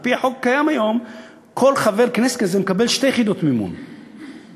על-פי החוק הקיים היום כל חבר כנסת כזה מקבל שתי יחידות מימון סיעתיות,